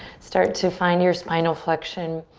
start to find your spinal flexion